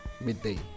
midday